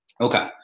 okay